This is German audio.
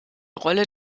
rolle